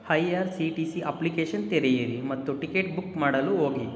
I R C T C application ತೆರೆಯಿರಿ ಮತ್ತು ticket book ಮಾಡಲು ಹೋಗಿ